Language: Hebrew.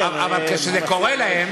אבל כשזה קורה להם,